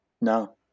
No